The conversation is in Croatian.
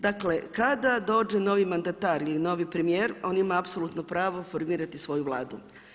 Dakle, kada dođe novi mandatar ili novi premijer on ima apsolutno pravo formirati svoju Vladu.